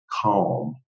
calm